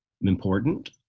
important